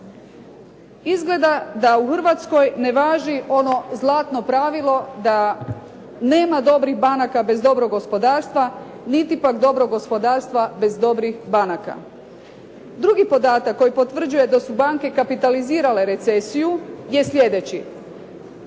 Izgleda da u Hrvatskoj ne važi ono zlatno pravilo da nema dobrih banaka bez dobrog gospodarstva, niti pak dobrog gospodarstva bez dobrih banka. Drugi podatak koji potvrđuje da su banke kapitalizirale recesiju je sljedeći.